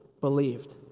believed